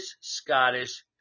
Scottish